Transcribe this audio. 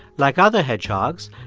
like other hedgehogs,